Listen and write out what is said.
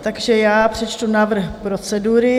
Takže já přečtu návrh procedury: